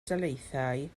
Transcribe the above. daleithiau